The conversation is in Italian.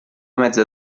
mezza